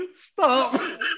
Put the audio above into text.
Stop